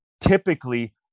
typically